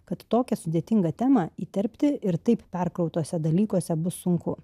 kad tokią sudėtingą temą įterpti ir taip perkrautuose dalykuose bus sunku